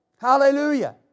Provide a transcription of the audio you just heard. Hallelujah